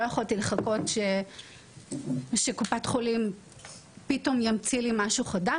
יכולתי לחכות שקופת החולים פתאום תמציא לי משהו חדש.